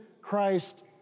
Christ